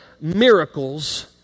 miracles